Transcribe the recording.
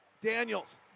Daniels